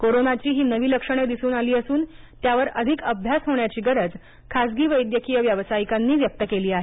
कोरोनाची ही नवी लक्षणे दिसून आली असून त्यावर अधिक अभ्यास होण्याची गरज खासगी वैद्यकीय व्यावसायिकांनी व्यक्त केली आहे